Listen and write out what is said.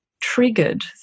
triggered